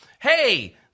Hey